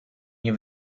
nie